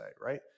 right